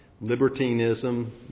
libertinism